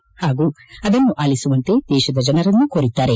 ಪಾಗೂ ಅದನ್ನು ಅಲಿಸುವಂತೆ ದೇಶದ ಜನರನ್ನು ಕೋರಿದ್ದಾರೆ